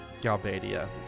Galbadia